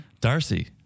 Darcy